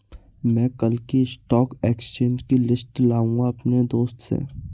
मै कल की stock exchange की लिस्ट लाऊंगा अपने दोस्त से